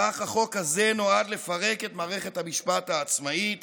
כך החוק הזה נועד לפרק את מערכת המשפט העצמאית